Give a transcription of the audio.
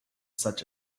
such